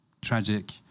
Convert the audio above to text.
tragic